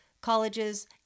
colleges